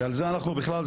שעל זה אנחנו בכלל,